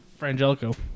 Frangelico